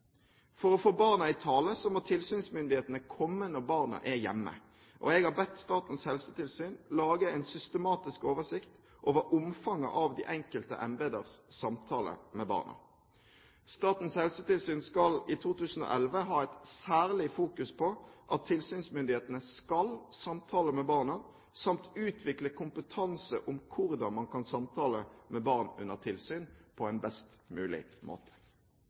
For å få barna i tale må tilsynsmyndighetene komme når barna er hjemme. Jeg har bedt Statens helsetilsyn lage en systematisk oversikt over omfanget av de enkelte embeters samtale med barna. Statens helsetilsyn skal i 2011 ha et særlig fokus på at tilsynsmyndighetene skal samtale med barna samt utvikle kompetanse om hvordan man kan samtale med barn under tilsyn på en best mulig måte.